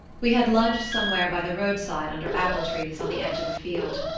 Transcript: we had lunched somewhere by the roadside under apple-trees on the edge of a field.